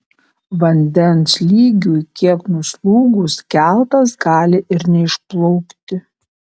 vandens lygiui kiek nuslūgus keltas gali ir neišplaukti